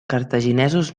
cartaginesos